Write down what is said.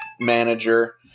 manager